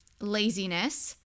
laziness